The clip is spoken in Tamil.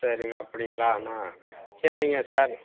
சரிங்க அப்படிங்களாண்ணா சரிங்க சார்